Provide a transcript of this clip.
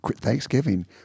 Thanksgiving